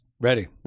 Ready